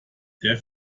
der